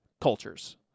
cultures